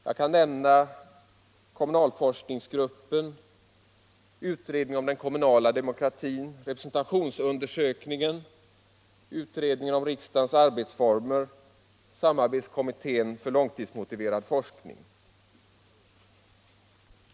Jag kan nämna kommunalforskningsgruppen, utredningen om den kommunala demokratin, representationsundersökningen, utredningen om riksdagens arbetsformer, samarbetskommittén för långtidsmotiverad forskning.